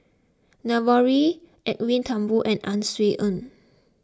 Navrori Edwin Thumboo and Ang Swee Aun